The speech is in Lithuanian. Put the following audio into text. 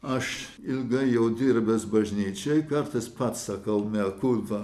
aš ilgai jau dirbęs bažnyčioj kartais pats sakau mea kulpa